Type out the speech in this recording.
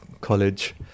college